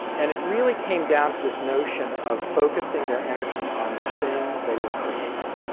and it really came down to this notion of focusing their energy on the thing they were creating.